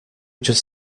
just